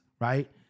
right